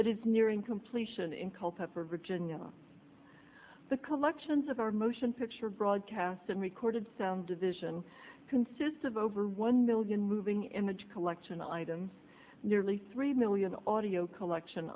that is nearing completion in culpepper virginia the collections of our motion picture broadcast and recorded sound division consist of over one million moving image collection items nearly three million audiophile action